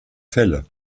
fälle